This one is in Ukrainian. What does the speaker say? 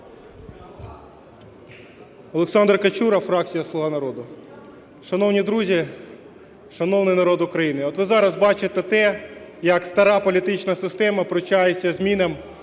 Олександр Качура, фракція "Слуга народу". Шановні друзі, шановний народ України! От ви зараз бачите те, як стара політична система пручається змінам,